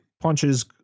punches